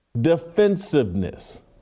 Defensiveness